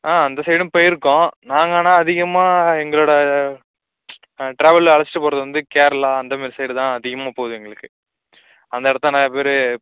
ஆ அந்த சைடும் போயிருக்கோம் நாங்கள் ஆனால் அதிகமாக எங்களோட டிராவலில் அழைச்சிட்டு போறது வந்து கேரளா அந்த மாதிரி சைடுதான் அதிகமாக போது எங்களுக்கு அந்த இடத்த நிறையா பேர்